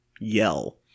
yell